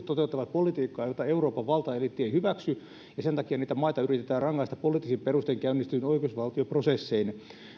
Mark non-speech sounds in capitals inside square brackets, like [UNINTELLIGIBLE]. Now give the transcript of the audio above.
[UNINTELLIGIBLE] toteuttavat politiikkaa jota euroopan valtaeliitti ei hyväksy ja sen takia niitä maita yritetään rangaista poliittisin perustein käynnistetyin oikeusvaltioprosessein